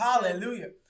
hallelujah